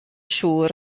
siŵr